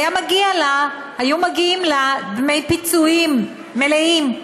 היו מגיעים לה דמי פיצויים מלאים.